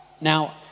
Now